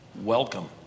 Welcome